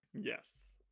Yes